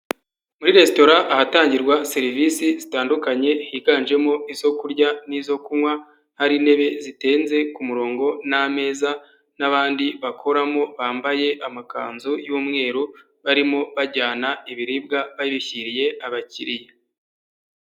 Muri resitora ahatangirwa serivisi zitandukanye higanjemo izo kurya n'izo kunywa, hari intebe zitenze ku murongo n'ameza n'abandi bakoramo bambaye amakanzu y'umweru barimo bajyana ibiribwa babishyiriye abakiriya.